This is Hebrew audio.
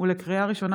לקריאה ראשונה,